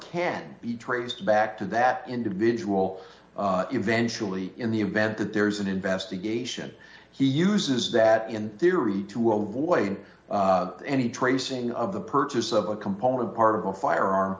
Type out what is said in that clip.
can be traced back to that individual eventually in the event that there is an investigation he uses that in theory to avoid any tracing of the purchase of a component part of a